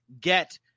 get